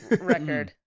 record